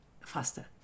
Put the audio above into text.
faster